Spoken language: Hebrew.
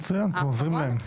מצוין, אתם עוזרים להם.